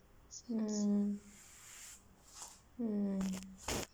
mm mm